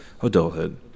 adulthood